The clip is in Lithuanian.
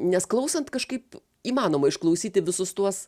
nes klausant kažkaip įmanoma išklausyti visus tuos